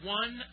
one